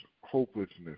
hopelessness